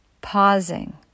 pausing